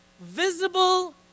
visible